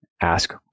ask